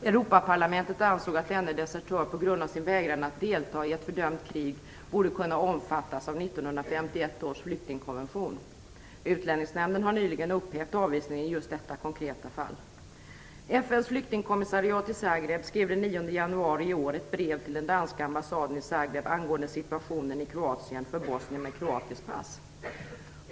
Europaparlamentet ansåg att denne desertör på grund av sin vägran att delta i ett fördömt krig borde kunna omfattas av 1951 års flyktingkonvention. Utlänningsnämnden har nyligen upphävt avvisningen i just detta konkreta fall. januari i år ett brev till den danska ambassaden i Zagreb angående situationen i Kroatien för bosnier med kroatiskt pass.